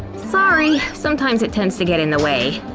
sorry, sometimes it tends to get in the way.